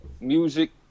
Music